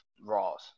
Raws